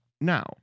Now